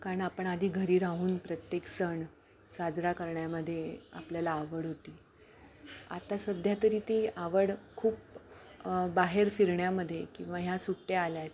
कारण आपण आधी घरी राहून प्रत्येक सण साजरा करण्यामध्ये आपल्याला आवड होती आता सध्या तरी ती आवड खूप बाहेर फिरण्यामध्ये किंवा ह्या सुट्ट्या आल्या आहेत